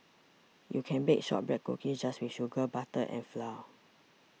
you can bake Shortbread Cookies just with sugar butter and flour